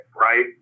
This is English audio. right